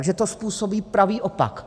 Takže to způsobí pravý opak.